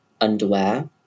underwear